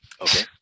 Okay